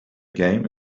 game